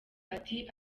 ati